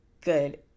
good